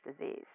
disease